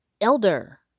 elder